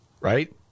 Right